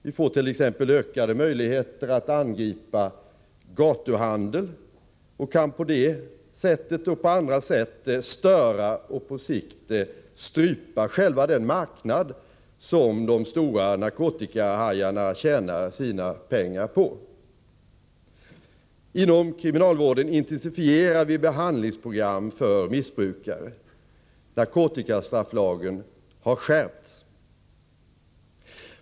Vi får t.ex. ökade möjligheter att angripa gatuhandel och kan på det sättet och på andra sätt störa och på sikt strypa själva den marknad som de stora narkotikahajarna tjänar sina pengar på. Inom kriminalvården intensifierar vi behandlih; gsprogram för missbrukare. Narkotikastrafflagen har skärpts.